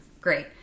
Great